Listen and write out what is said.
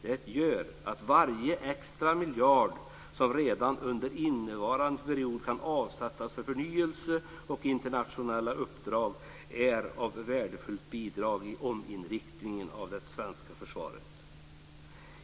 Det gör att varje extra miljard som redan under innevarande period kan avsättas för förnyelse och internationella uppdrag är ett värdefullt bidrag i ominriktningen av det svenska försvaret.